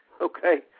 okay